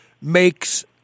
makes